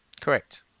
Correct